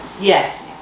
Yes